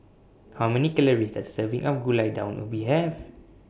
How Many Calories Does A Serving of Gulai Daun Ubi Have